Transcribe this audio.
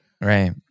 Right